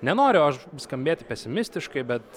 nenoriu aš skambėti pesimistiškai bet